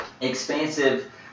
expansive